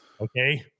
okay